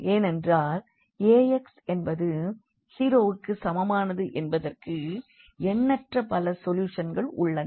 ஏனென்றால் Ax என்பது 0 வுக்கு சமமானது என்பதற்கு எண்ணற்ற பல சொல்யூஷன்கள் உள்ளன